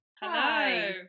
Hello